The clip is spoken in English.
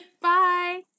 Bye